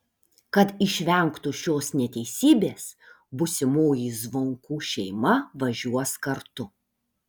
kad išvengtų šios neteisybės būsimoji zvonkų šeima važiuos kartu